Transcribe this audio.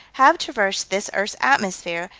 have traversed this earth's atmosphere,